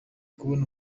kubona